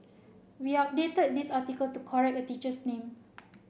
we updated this article to correct a teacher's name